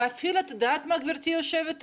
את יודעת מה, גברתי היושבת-ראש,